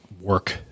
work